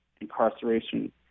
incarceration